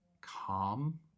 calm